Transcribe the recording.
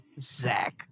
Zach